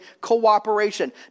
cooperation